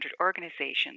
organizations